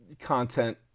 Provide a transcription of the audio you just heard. content